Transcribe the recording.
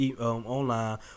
online